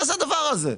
מה זה הדבר הזה?